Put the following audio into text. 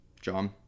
John